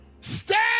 stand